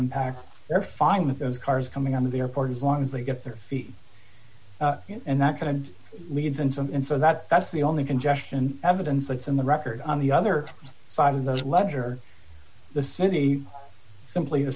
impact they're fine with those cars coming on to the airport as long as they get their feet and that kind of leads and so and so that that's the only congestion evidence that's in the record on the other side of those ledger the city simply